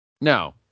No